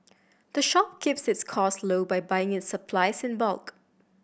the shop keeps its costs low by buying its supplies in bulk